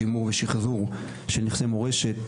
שימור ושיחזור של נכסי מורשת,